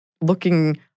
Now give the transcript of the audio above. looking